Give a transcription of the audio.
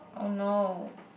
!oh no!